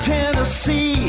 Tennessee